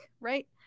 right